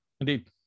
Indeed